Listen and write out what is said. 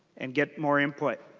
and get more input